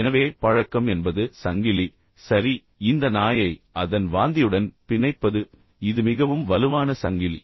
எனவே பழக்கம் என்பது சங்கிலி சரி இந்த நாயை அதன் வாந்தியுடன் பிணைப்பது இது மிகவும் வலுவான சங்கிலி